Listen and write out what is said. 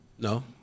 No